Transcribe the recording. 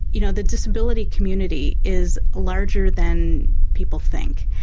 you know, the disability community is larger than people think,